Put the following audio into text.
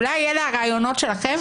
אולי אלה הרעיונות שלכם,